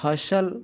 फसल